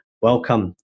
welcome